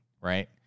Right